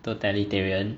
totalitarian